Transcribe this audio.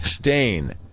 Dane